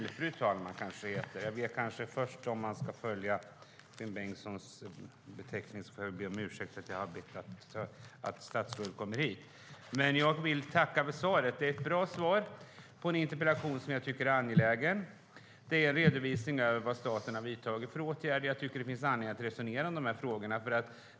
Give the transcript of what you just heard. Fru talman! Om man ska följa Finn Bengtsson får jag väl först be om ursäkt för att jag har bett statsrådet att komma hit. Jag vill dock tacka för svaret - det är ett bra svar på en interpellation jag tycker är angelägen. Det är en redovisning av vad staten har vidtagit för åtgärder, och jag tycker att det finns anledning att resonera om de här frågorna.